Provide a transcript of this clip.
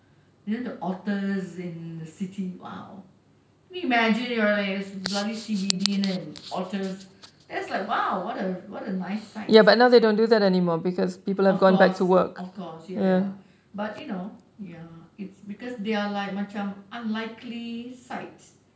you know the otters in the city !wow! can you imagine you are at bloody C_B_D then otters that's like !wow! what a nice sight of course of course ya ya ya but you know ya because they are like macam unlikely sight